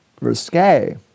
risque